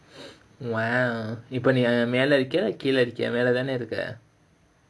wow இப்போ நீ மேல இருக்கியா கீழ இருக்கியா மேல தானே இருக்க:ippo nee mela irukkiyaa keela irukkiyaa mela thaanae irukka